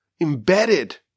embedded